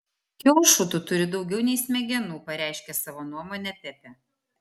kiaušų tu turi daugiau nei smegenų pareiškė savo nuomonę pepė